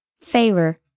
favor